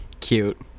Cute